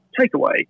takeaway